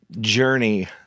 journey